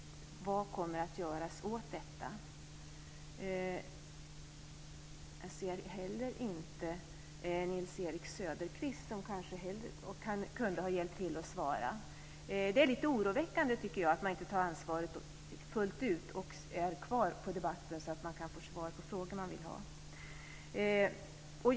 Vad kommer att göras åt detta? Jag ser heller inte Nils-Erik Söderqvist, som kanske hade kunnat hjälpa till att svara. Det är lite oroväckande, tycker jag, att man inte tar ansvaret fullt ut och är kvar under debatten så att vi kan få svar på de frågor vi har.